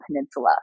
peninsula